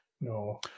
No